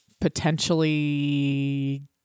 potentially